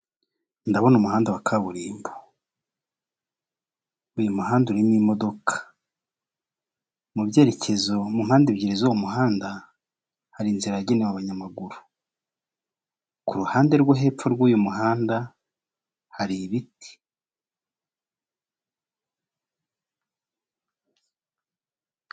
Ndabona umuhanda wa kaburimbo, uyu muhanda urimo imodoka mu byerekezo mu mpande ebyiri zuwo muhanda hari inzira yagenewe abanyamaguru ku ruhande rwo hepfo rw'uyu muhanda hari ibiti.